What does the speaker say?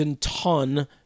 ton